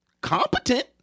competent